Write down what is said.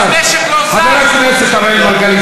כשהמשק בהאטה,